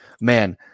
Man